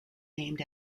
named